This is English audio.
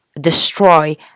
destroy